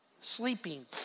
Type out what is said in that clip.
Sleeping